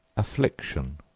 affliction,